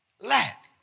lack